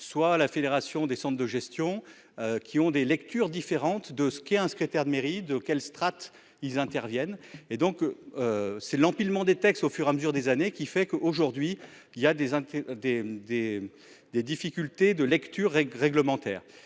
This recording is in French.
soit la fédération des centres de gestion. Qui ont des lectures différentes de ce qu'est un secrétaire de mairie de quelle strate ils interviennent et donc. C'est l'empilement des textes au fur et à mesure des années qui fait qu'aujourd'hui il y a des des des des difficultés de lecture et réglementaire.